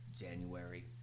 January